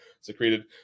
secreted